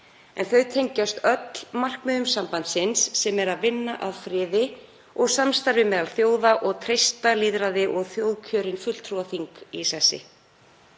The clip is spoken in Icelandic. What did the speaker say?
en þau tengjast öll markmiðum sambandsins sem er að vinna að friði og samstarfi meðal þjóða og treysta lýðræði og þjóðkjörin fulltrúaþing í sessi.